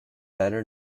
better